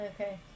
Okay